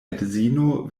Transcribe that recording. edzino